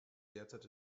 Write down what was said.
derzeit